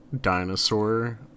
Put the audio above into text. dinosaur